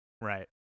Right